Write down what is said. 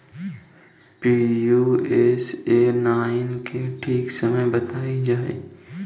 Pusa nine के ठीक समय बताई जाई?